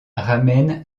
ramènent